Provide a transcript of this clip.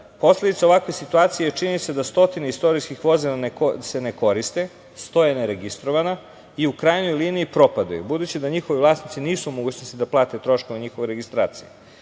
godina. Posledica ovakve situacije je činjenica da stotine istorijskih vozila se ne koriste, stoje ne registrovana, i u krajnjoj liniji propadaju, budući da njihovi vlasnici nisu u mogućnosti da plate troškove njihove registracije.